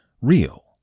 real